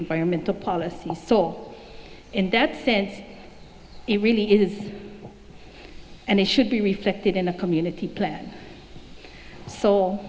environmental policy so in that sense it really is and it should be reflected in a community plan so